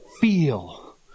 feel